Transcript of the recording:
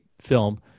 film